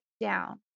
down